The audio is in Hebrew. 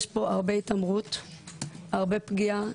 יש פה הרבה התעמרות והרבה פגיעה.